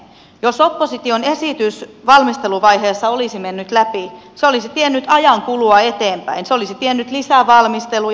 jos opposition esitys valmisteluvaiheessa olisi mennyt läpi se olisi tiennyt ajankulua eteenpäin se olisi tiennyt lisävalmisteluja